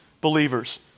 believers